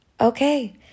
okay